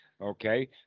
Okay